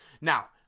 Now